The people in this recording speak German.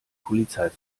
polizei